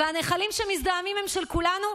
והנחלים שמזדהמים הם של כולנו,